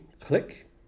click